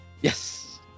Yes